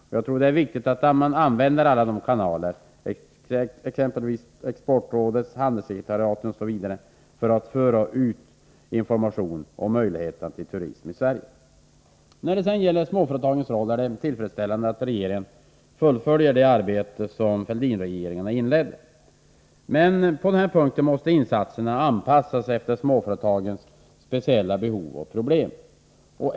Jag tror att det är viktigt att man använder alla de kanaler som finns, exempelvis Exportrådet och handelssekretariaten, för att föra ut information om turism i Sverige. När det sedan gäller småföretagens roll är det tillfredsställande att regeringen fullföljer det arbete som Fälldinregeringarna inledde. På den här punkten måste insatserna anpassas efter småföretagens speciella behov och problem.